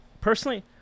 personally